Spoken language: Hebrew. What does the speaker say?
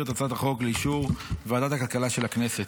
את הצעת החוק לאישור ועדת הכלכלה של הכנסת.